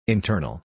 Internal